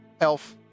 elf